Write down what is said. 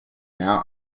now